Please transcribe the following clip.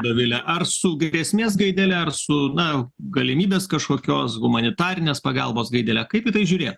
dovile ar su grėsmės gaidele ar su na galimybės kažkokios humanitarinės pagalbos gaidele kaip į tai žiūrėt